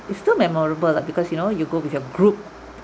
it's still memorable lah because you know you go with your group